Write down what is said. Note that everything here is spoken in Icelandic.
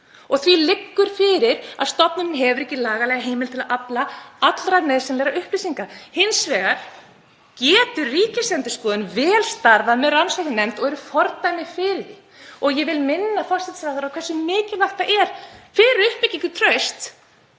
Því liggur fyrir að stofnunin hefur ekki lagalega heimild til að afla allra nauðsynlegra upplýsinga. Hins vegar getur Ríkisendurskoðun vel starfað með rannsóknarnefnd og eru fordæmi fyrir því. Ég vil minna forsætisráðherra á það hversu mikilvægt það er fyrir uppbyggingu trausts